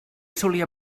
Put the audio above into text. solia